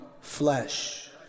flesh